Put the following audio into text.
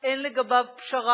אין לגביו פשרה,